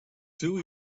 two